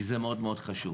כי זה מאוד מאוד חשוב.